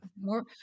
more